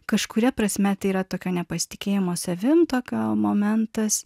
kažkuria prasme tai yra tokio nepasitikėjimo savim gal momentas